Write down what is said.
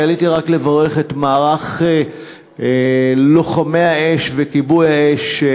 אני עליתי רק לברך את מערך לוחמי האש וכיבוי האש.